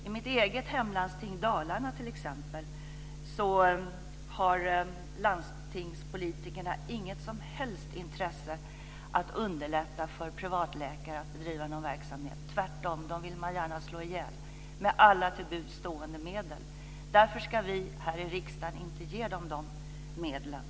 I mitt eget hemlandsting Dalarna har t.ex. landstingspolitikerna inget som helst intresse av att underlätta för privatläkare att bedriva verksamhet. Tvärtom vill man gärna få dem att slå igen med alla till buds stående medel. Därför ska vi här i riksdagen inte ge dem dessa medel.